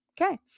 Okay